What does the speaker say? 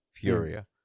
Furia